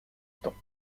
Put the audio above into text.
temps